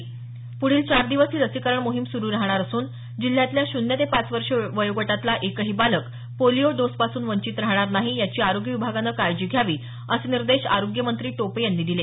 प्ढील चार दिवस ही लसीकरण मोहीम सुरू राहणार असून जिल्ह्यातला शून्य ते पाच वर्षे वयोगटातला एकही बालक पोलिओ डोसपासून वंचित राहणार नाही याची आरोग्य विभागानं काळजी घ्यावी असे निर्देश आरोग्यमंत्री टोपे यांनी यावेळी दिले